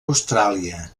austràlia